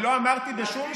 אבל אתה מציע,